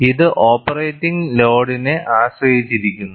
ഇത് ഓപ്പറേറ്റിംഗ് ലോഡിനെ ആശ്രയിച്ചിരിക്കുന്നു